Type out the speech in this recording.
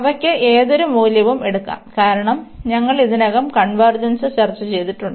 അവയ്ക്ക് ഏതൊരു മൂല്യവും എടുക്കാo കാരണം ഞങ്ങൾ ഇതിനകം കൺവെർജെൻസ് ചർച്ചചെയ്തിട്ടുണ്ട്